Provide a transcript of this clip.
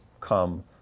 come